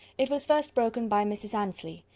it was first broken by mrs. annesley,